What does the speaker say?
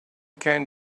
can